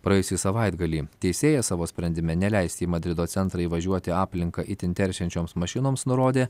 praėjusį savaitgalį teisėjas savo sprendime neleisti į madrido centrą įvažiuoti aplinką itin teršiančioms mašinoms nurodė